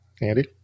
Andy